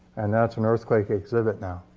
and that's an earthquake exhibit now.